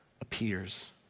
appears